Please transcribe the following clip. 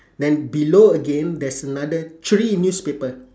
then below again there's another three newspaper